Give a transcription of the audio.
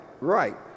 right